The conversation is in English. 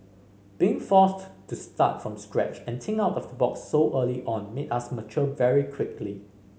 being forced to start from scratch and think out of the box so early on made us mature very quickly